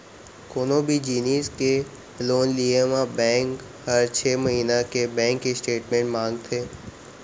कोनों भी जिनिस के लोन लिये म बेंक हर छै महिना के बेंक स्टेटमेंट मांगथे